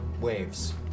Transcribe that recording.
waves